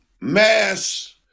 mass